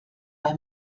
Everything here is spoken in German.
bei